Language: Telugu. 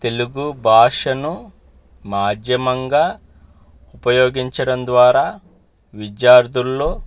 తెలుగు భాషను మాధ్యమంగా ఉపయోగించడం ద్వారా విద్యార్థుల్లో